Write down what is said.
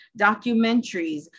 documentaries